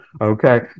Okay